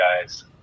guys